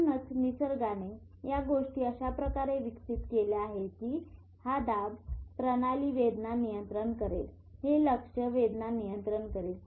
म्हणूनच निसर्गाने या गोष्टी अशा प्रकारे विकसित केल्या आहे की ही दाब प्रणाली वेदना नियंत्रित करेल हे लक्ष वेदना नियंत्रित करेल